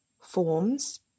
forms